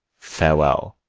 farewell.